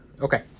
okay